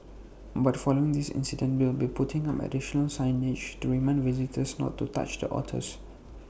but following this incident we will be putting up additional signage to remind visitors not to touch the otters